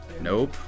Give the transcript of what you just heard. Nope